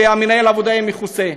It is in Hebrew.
שמנהל העבודה יהיה מכוסה.